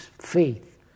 faith –